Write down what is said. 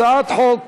הצעת חוק